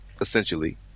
essentially